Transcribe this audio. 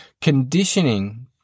conditioning